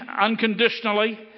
unconditionally